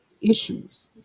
issues